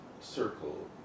circle